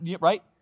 right